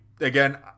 again